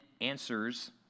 Answers